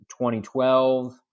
2012